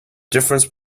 difference